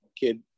kid